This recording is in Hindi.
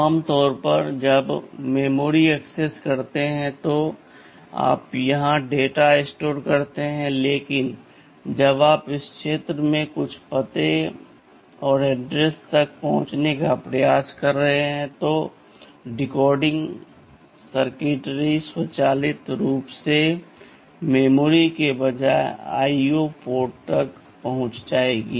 आम तौर पर जब आप मेमोरी एक्सेस करते हैं तो आप यहां डेटा स्टोर करते हैं लेकिन जब आप इस क्षेत्र में कुछ पते तक पहुंचने का प्रयास कर रहे हैं तो डिकोडिंग सर्किटरी स्वचालित रूप से मेमोरी के बजाय आईओ पोर्ट तक पहुंच जाएगी